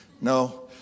No